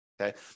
okay